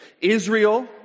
Israel